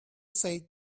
say